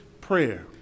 prayer